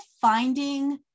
finding